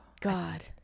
God